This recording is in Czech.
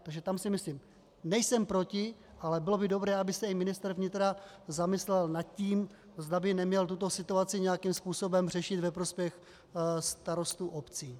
Takže tam si myslím, nejsem proti, ale bylo by dobré, aby se i ministr vnitra zamyslel nad tím, zda by neměl tuto situaci nějakým způsobem řešit ve prospěch starostů obcí.